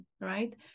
right